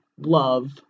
love